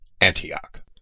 Antioch